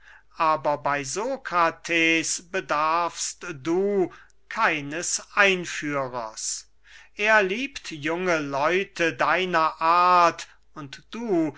aber bey sokrates bedarfst du keines einführers er liebt junge leute deiner art und du